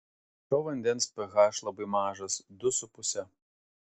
šio vandens ph labai mažas du su puse